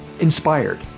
inspired